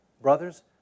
brothers